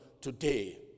today